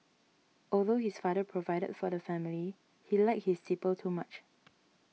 although his father provided for the family he liked his tipple too much